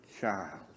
child